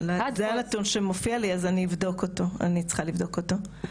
זה הנתון שמופיע לי, אז אני צריכה לבדוק אותו,